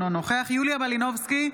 אינו נוכח יוליה מלינובסקי,